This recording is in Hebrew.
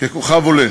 ככוכב עולה